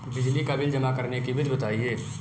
बिजली का बिल जमा करने की विधि बताइए?